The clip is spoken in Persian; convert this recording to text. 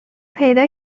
پیدا